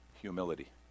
Humility